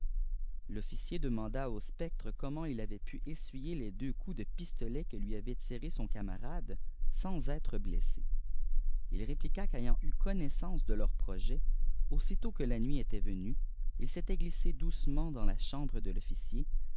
oliscier demanda au spectre comment il avait pu essuyer les deux coups de pistolet que lui avait tirés son camarade sans être blessé il répliqua qu'ayant eu connaissance de leur projet aussitôt gue la nuit était venue il s'était glissé doucement dans la chambre de l'officier